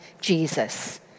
Jesus